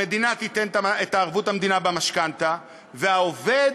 המדינה תיתן את ערבות המדינה במשכנתה, והעובד,